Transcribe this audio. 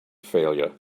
failure